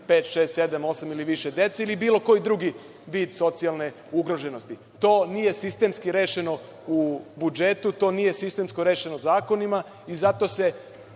sedam ili osam više dece ili bilo koji drugi vid socijalne ugroženosti. To nije sistemski rešeno u budžetu. To nije sistemski rešeno zakonima i zato se